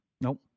Nope